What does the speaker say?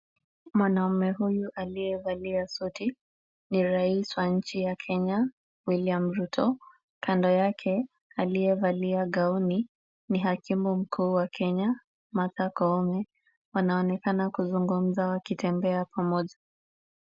Mwanamume huyu aliyevalia suti ni rais wa nchi ya kenya William Ruto. Kando yake aliyevalia gauni ni hakimu mkuu wa kenya Martha Kome. Wanaonekana kuzungumza wakitembea pamoja.